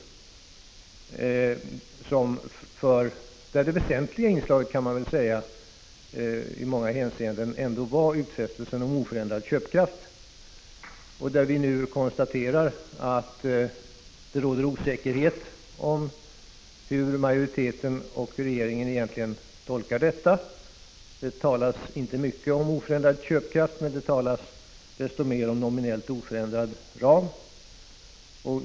Man kan säga att det väsentliga inslaget i många hänseenden i denna uppgörelse var utfästelsen om oförändrad köpkraft. Vi kan nu konstatera att det råder osäkerhet om hur utskottsmajoriteten och regeringen egentligen tolkar detta. Det talas inte mycket om oförändrad köpkraft, men det talas desto mer om nominellt oförändrad ram.